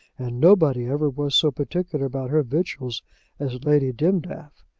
and nobody ever was so particular about her victuals as lady dimdaff.